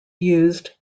used